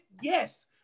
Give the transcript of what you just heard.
Yes